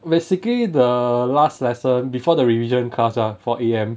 basically the last lesson before the revision class ah for A_M